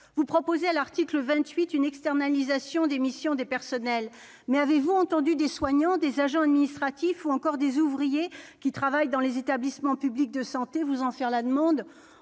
Vous proposez, à l'article 28, une externalisation des missions des personnels, mais avez-vous entendu des soignants, des agents administratifs, ou encore des ouvriers qui travaillent dans les établissements publics de santé vous en faire la demande ?